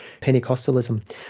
Pentecostalism